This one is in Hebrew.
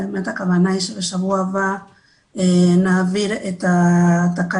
באמת הכוונה שבשבוע הבא נעביר את התקנות